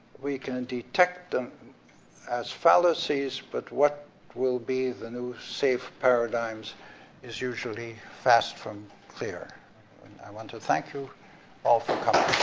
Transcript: we can detect them as fallacies, but what will be the new safe paradigms is usually fast from clear. and i want to thank you all for coming.